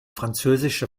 französische